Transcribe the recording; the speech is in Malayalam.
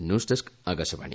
news desk Akashvani